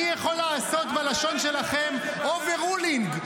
מי יכול לעשות, בלשון שלכם, overruling?